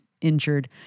injured